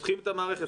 פותחים את המערכת,